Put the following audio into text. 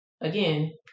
again